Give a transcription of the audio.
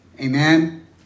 Amen